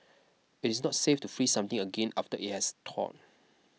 it is not safe to freeze something again after it has thaw